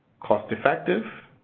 cost-effective,